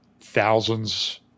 thousands